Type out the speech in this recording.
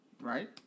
Right